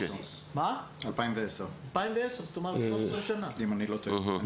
ב-2010, אם אני לא טועה.